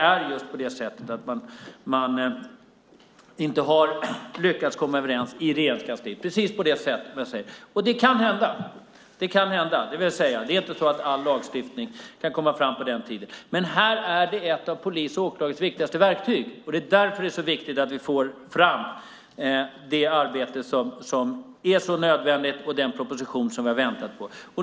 Men man har inte lyckats komma överens i Regeringskansliet, precis på det sätt som jag säger. Sådant kan hända. Det vill jag säga. Det är inte så att all lagstiftning kan komma fram på den tiden, men här gäller det ett av polis och åklagares viktigaste verktyg, och det är därför det är så viktigt att vi får fram det arbete som är så nödvändigt och den proposition som vi har väntat på.